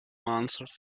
months